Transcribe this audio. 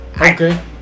Okay